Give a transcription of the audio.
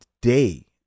day